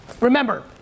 Remember